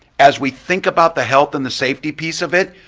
as we think about the health and the safety piece of it,